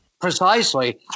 precisely